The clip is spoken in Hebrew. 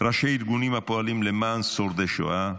ראשי ארגונים הפועלים למען שורדי השואה,